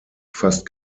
fast